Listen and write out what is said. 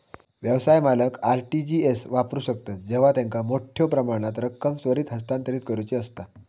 व्यवसाय मालक RTGS वापरू शकतत जेव्हा त्यांका मोठ्यो प्रमाणात रक्कम त्वरित हस्तांतरित करुची असता